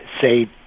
say